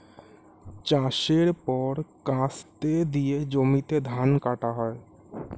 চাষের পর কাস্তে দিয়ে জমিতে ধান কাটা হয়